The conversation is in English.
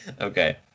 Okay